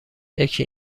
یکی